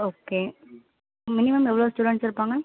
okay minimum எவ்வளோ students இருப்பாங்க